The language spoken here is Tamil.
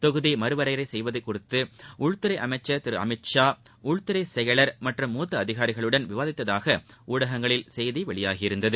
தொகுதி மறுவரையறை செய்வது குறித்து உள்துறை அமைச்சா் திரு அமித்ஷா உள்துறை செயலா் மற்றும் மூத்த அதிகாரிகளுடன் விவாதித்ததாக ஊடகங்களில் செய்தி வெளியாகியிருந்தது